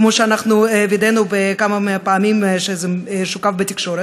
כמו שווידאנו בכמה מהפעמים שזה שוקף בתקשורת?